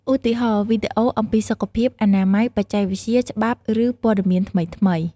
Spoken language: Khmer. ឧទាហរណ៍ វីដេអូអំពីសុខភាព អនាម័យ បច្ចេកវិទ្យា ច្បាប់ ឬព័ត៌មានថ្មីៗ។